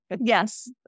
Yes